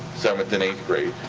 seventh and eighth grade,